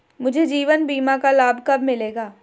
मुझे जीवन बीमा का लाभ कब मिलेगा?